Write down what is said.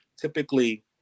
typically